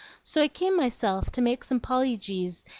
so i came myself, to make some pollygies,